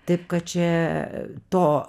taip kad čia to